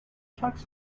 tux